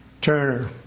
Turner